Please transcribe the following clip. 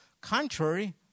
contrary